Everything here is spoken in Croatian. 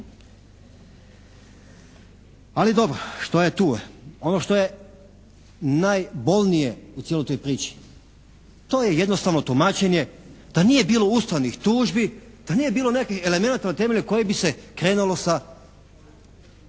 Ali dobro, što je tu je. Ono što je najbolnije u cijeloj toj priči, to je jednostavno tumačenje da nije bilo ustavnih tužbi, da nije bilo nekakvih elemenata na temelju kojih bi se krenulo sa